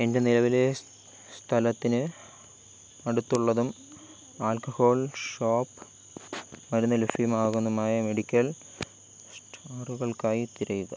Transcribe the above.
എൻ്റെ നിലവിലെ സ്ഥലത്തിന് അടുത്തുള്ളതും ആൽക്കഹോൾ ഷോപ്പ് മരുന്ന് ലഭ്യമായതുമായ മെഡിക്കൽ സ്റ്റോറുകൾക്കായി തിരയുക